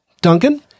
Duncan